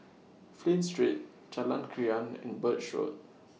Flint Street Jalan Krian and Birch Road